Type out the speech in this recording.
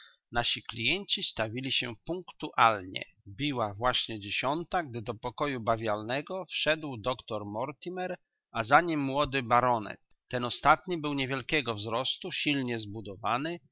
nasi klienci stawili się punktualnie biła właśnie dziesiąta gdy do pokoju bawialnego wszedł doktor mortimer a za nim młody baronet ten ostatni był niewielkiego wzrostu silnie zbudowany